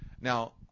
Now